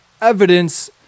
evidence